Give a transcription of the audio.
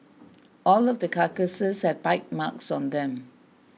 all of the carcasses have bite marks on them